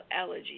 allergies